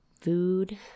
food